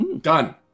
Done